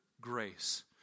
grace